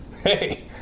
Hey